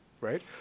right